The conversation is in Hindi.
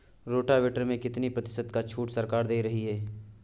रोटावेटर में कितनी प्रतिशत का छूट सरकार दे रही है?